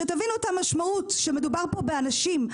שתבינו את המשמעות שמדובר פה באנשים,